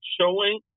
showing